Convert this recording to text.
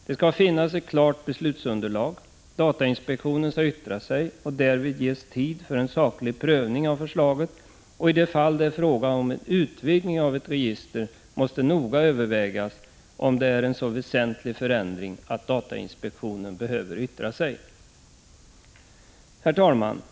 Det skall finnas ett klart beslutsunderlag, datainspektionen skall yttra sig och därvid ges tid för en saklig prövning av förslaget, och i de fall där det är fråga om utvidgning av ett register måste noga övervägas om det är en så väsentlig förändring att datainspektionen behöver yttra sig. Herr talman!